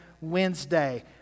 Wednesday